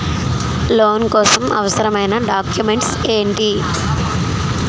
Loan కోసం అవసరమైన documents ఎంటి?